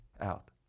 out